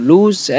Lose